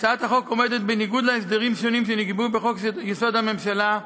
הצעת החוק עומדת בניגוד להסדרים שנקבעו בחוק-יסוד: הממשלה,